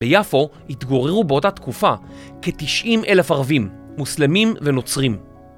ביפור התגוררו באותה תקופה כ-90 אלף ערבים, מוסלמים ונוצרים.